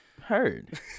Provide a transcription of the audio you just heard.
Heard